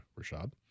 Rashad